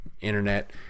internet